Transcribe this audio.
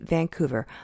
Vancouver